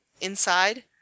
inside